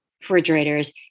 refrigerators